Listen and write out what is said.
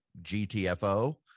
GTFO